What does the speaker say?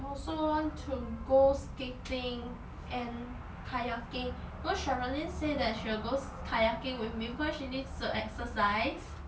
I also want to go skating and kayaking you know sherilyn say that she will go sk~ kayaking with me because she needs to exercise